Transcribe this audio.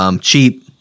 Cheap